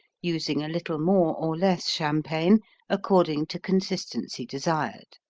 using a little more or less champagne according to consistency desired.